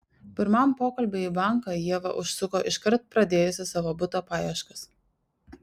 pirmam pokalbiui į banką ieva užsuko iškart pradėjusi savo buto paieškas